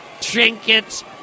trinkets